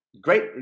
great